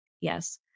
Yes